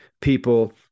people